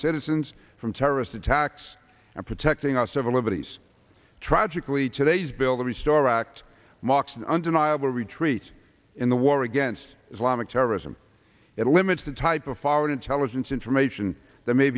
citizens from terrorist attacks and protecting our civil liberties tragically today's bill the restore act marks an undeniable retreat in the war against islamic terrorism it limits the type of foreign intelligence information that may